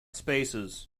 spaces